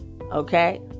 Okay